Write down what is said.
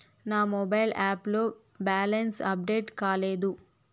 నా mobile app లో balance update కాలేదు